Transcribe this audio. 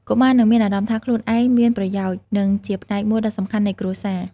កុមារនឹងមានអារម្មណ៍ថាខ្លួនឯងមានប្រយោជន៍ និងជាផ្នែកមួយដ៏សំខាន់នៃគ្រួសារ ។